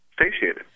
satiated